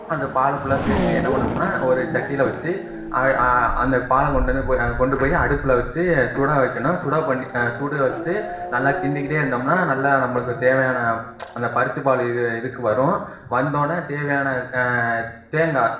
அந்த பாலை ஃபுல்லாக சேர்த்து என்ன பண்ணணும்னா ஒரு சட்டியில் வச்சு அந்த பாலை கொண்டுவந்து போய் கொண்டு போய் அடுப்பில் வச்சு சுட வைக்கணும் சுட பண்ணி சுட வச்சு நல்லா கிண்டிக்கிட்டே இருந்தோம்னா நல்லா நம்மளுக்கு தேவையான அந்த பருத்திப்பால் இது இதுக்கு வரும் வந்தோடன தேவையான தேங்காய்